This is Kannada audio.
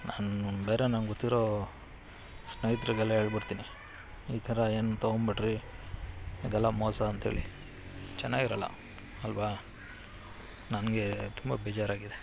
ನಾನು ಬೇರೆ ನಂಗೆ ಗೊತ್ತಿರೋ ಸ್ನೇಹಿತರಿಗೆಲ್ಲ ಹೇಳ್ಬಿಡ್ತೀನಿ ಈ ಥರ ಏನು ತೊಗೊಳ್ಬೇಡ್ರಿ ಇದೆಲ್ಲ ಮೋಸ ಅಂಥೇಳಿ ಚೆನ್ನಾಗಿರಲ್ಲ ಅಲ್ವಾ ನನಗೆ ತುಂಬ ಬೇಜಾರಾಗಿದೆ